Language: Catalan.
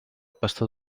pastor